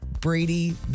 Brady